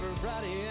Friday